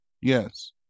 Yes